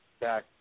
back